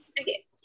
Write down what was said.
okay